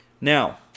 Now